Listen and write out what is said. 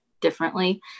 differently